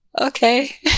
okay